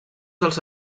dels